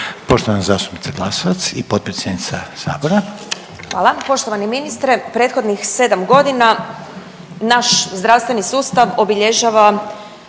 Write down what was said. Poštovana zastupnica Glasovac i potpredsjednica Sabora. **Benčić, Sandra (Možemo!)** Hvala. Poštovani ministre, prethodnih sedam godina naš zdravstveni sustav obilježavanja